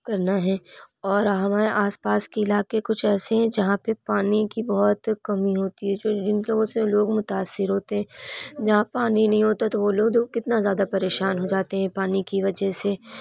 کرنا ہے اور ہمارے آس پاس کے علاقے کچھ ایسے ہیں جہاں پہ پانی کی بہت کمی ہوتی ہے جو جن کی وجہ سے لوگ متاثر ہوتے ہیں جہاں پانی نہیں ہوتا ہے تو وہ لوگ کتنا زیادہ پریشان ہو جاتے ہیں پانی کی وجہ سے